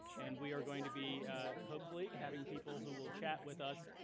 and we are going to be hopefully having people who will chat with us.